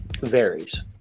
varies